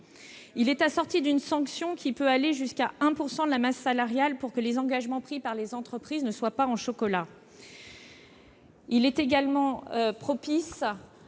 Il est assorti d'une sanction, qui peut aller jusqu'à 1 % de la masse salariale. En effet, les engagements pris par les entreprises ne doivent pas être en chocolat ! Il est également propice